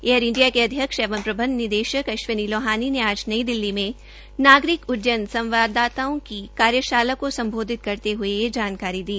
air India के अध्यक्ष एवं प्रबंध निदेशक अश्विनी लोहानी ने आज नई दिल्ली में नागरिक उड्डन संवाददाताओं की कार्यशाला को सम्बोधित करते हए यह जानकारी दी